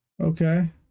Okay